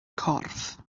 corff